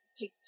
take